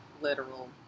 literal